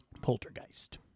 poltergeist